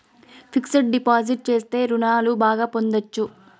fixed deposit చేస్తే రుణాలు బాగా పొందొచ్చు